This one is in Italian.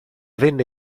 venne